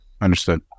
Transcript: Understood